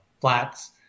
flats